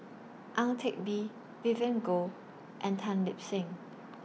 Ang Teck Bee Vivien Goh and Tan Lip Seng